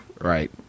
Right